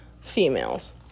Females